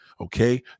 okay